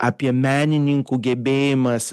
apie menininkų gebėjimas